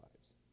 lives